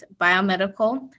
biomedical